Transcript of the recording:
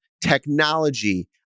technology